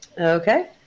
Okay